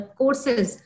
courses